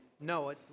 No